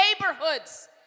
neighborhoods